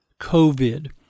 COVID